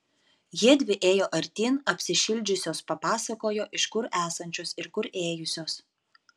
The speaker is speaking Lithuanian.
jiedvi ėjo artyn apsišildžiusios papasakojo iš kur esančios ir kur ėjusios